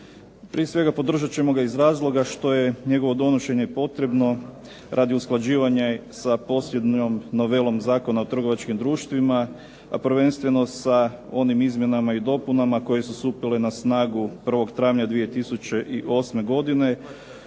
Prije svega podržat ćemo ga iz razloga što je njegovo donošenje potrebno radi usklađivanja sa posljednjom novelom Zakona o trgovačkim društvima, a prvenstveno sa onim izmjenama i dopunama koje su stupile na snagu 1. travnja 2008. godine,